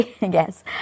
yes